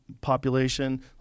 population